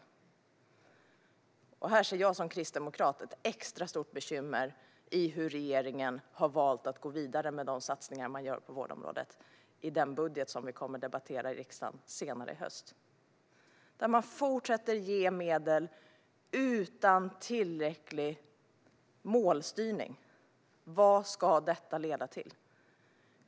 Jag som kristdemokrat ser ett extra stort bekymmer i hur regeringen har valt att gå vidare med de satsningar som görs på vårdområdet i den budget som vi kommer att debattera i riksdagen senare i höst, där man fortsätter att ge medel utan tillräcklig målstyrning. Vad ska detta leda till?